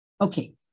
Okay